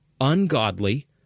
ungodly